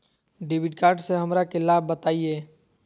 Debit card से हमरा के लाभ बताइए?